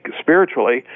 spiritually